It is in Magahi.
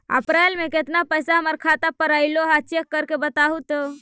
अप्रैल में केतना पैसा हमर खाता पर अएलो है चेक कर के बताहू तो?